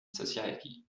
society